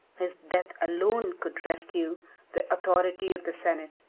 his death alone could rescue the authority of the senate,